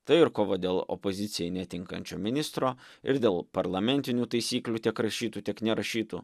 tai ir kova dėl opozicijai netinkančio ministro ir dėl parlamentinių taisyklių tiek rašytų tiek nerašytų